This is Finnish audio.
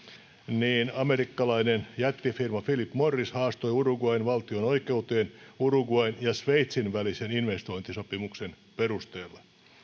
niin amerikkalainen jättifirma philip morris haastoi uruguayn valtion oikeuteen uruguayn ja sveitsin välisen investointisopimuksen perusteella